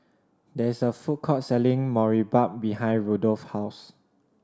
there is a food court selling Boribap behind Rudolph's house